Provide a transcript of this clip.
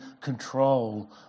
control